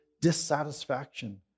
dissatisfaction